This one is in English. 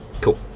cool